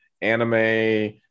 anime